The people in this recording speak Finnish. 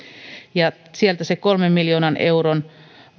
sieltä se kolmen miljoonan euron